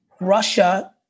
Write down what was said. Russia